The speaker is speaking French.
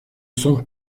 sont